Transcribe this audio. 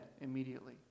immediately